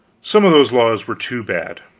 some of those laws were too bad,